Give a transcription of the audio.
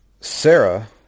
Sarah